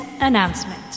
Announcement